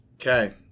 Okay